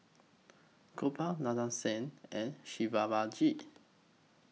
Gopal Nadesan and